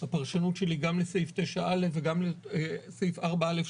הפרשנות שלי גם לסעיף 9א' וגם לסעיף 4א',